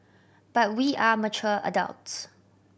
but we are mature adults